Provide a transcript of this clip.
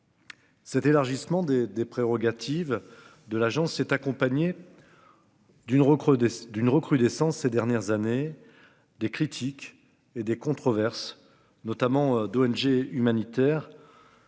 Cet élargissement des des prérogatives. De l'agence s'est accompagnée. D'une recrudescence d'une recrudescence ces dernières années. Des critiques et des controverses, notamment d'ONG humanitaires.